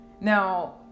Now